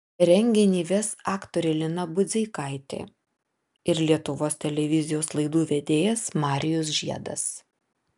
renginį ves aktorė lina budzeikaitė ir lietuvos televizijos laidų vedėjas marijus žiedas